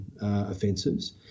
offences